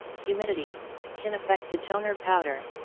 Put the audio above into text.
humidity can affect the toner powder.